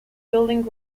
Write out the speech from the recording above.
building